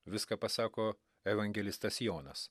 viską pasako evangelistas jonas